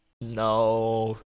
no